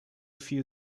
few